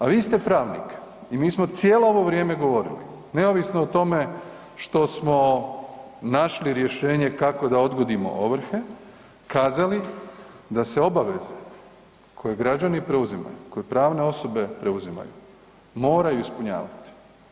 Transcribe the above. A vi ste pravnik i mi smo cijelo ovo vrijeme govorili neovisno o tome što smo našli rješenje kako da odgodimo ovrhe, kazali da se obaveze koje građani preuzimaju, koje pravne osobe preuzimaju, moraju ispunjavati.